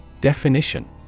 Definition